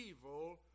evil